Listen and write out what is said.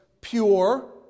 pure